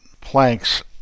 planks